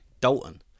Dalton